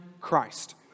Christ